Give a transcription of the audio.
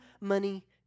money